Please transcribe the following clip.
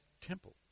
temple